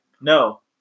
No